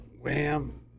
Wham